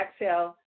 exhale